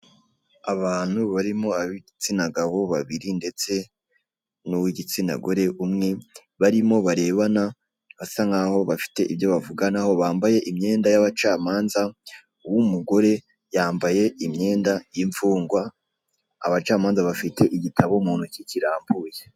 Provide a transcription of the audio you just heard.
Abantu barimo ab'igitsina gabo babiri ndetse n'uw'igitsina gore umwe barimo barebana basa nk'aho bafite ibyo bavuganaho, bambaye imyenda y'abacamanza uw'umugore yambaye imyenda y'imfungwa, abacamanza bafite igitabo mu ntoki kirambuye.